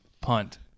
punt